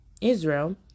Israel